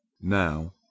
Now